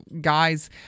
guys